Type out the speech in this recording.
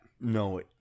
no